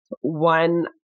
one